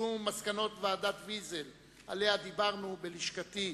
ביישום מסקנות ועדת-ויזל שעליה דיברנו בלשכתי,